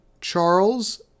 Charles